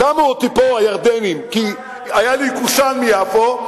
שמו אותי פה הירדנים כי היה לי קושאן מיפו,